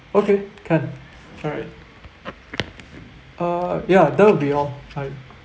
okay can alright uh ya that will be all I